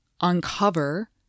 uncover